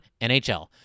NHL